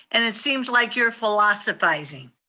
and it seems like you're philosophizing.